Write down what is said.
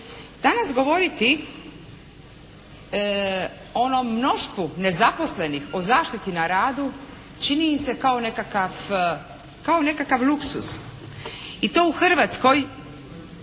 Danas govoriti onom mnoštvu nezaposlenih o zaštiti na radu čini se kao nekakav luksuz i to u Hrvatskoj